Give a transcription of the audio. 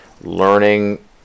learning